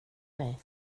dig